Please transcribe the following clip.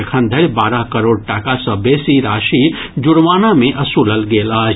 एखन धरि बारह करोड़ टाका सैं बेसी राशि जुर्माना मे वसूलल गेल अछि